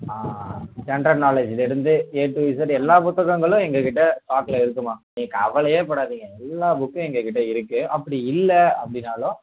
ஆ general நாலேஜில இருந்து A to Z எல்லா புத்தகங்களும் எங்கள்கிட்ட ஸ்டாக்கில் இருக்கும்மா நீ கவலையேப்படாதீங்க எல்லா புக்கும் எங்கள்கிட்ட இருக்குது அப்படி இல்லை அப்படினாலும்